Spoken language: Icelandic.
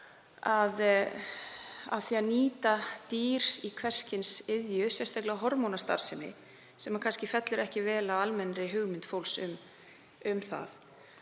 að því að nýta dýr við hvers kyns iðju, sérstaklega hormónastarfsemi, sem fellur ekki vel að almennri hugmynd fólks um að